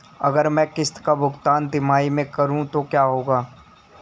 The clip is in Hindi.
अगर मैं किश्त का भुगतान तिमाही में करूं तो क्या होगा?